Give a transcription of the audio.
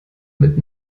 mit